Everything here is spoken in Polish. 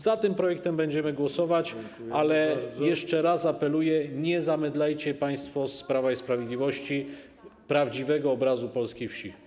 Za tym projektem będziemy głosować, ale jeszcze raz apeluję: nie zamydlajcie państwo z Prawa i Sprawiedliwości prawdziwego obrazu polskiej wsi.